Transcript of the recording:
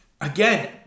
again